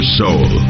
soul